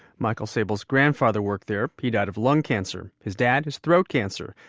michael sable's grandfather worked there he died of lung cancer. his dad has throat cancer.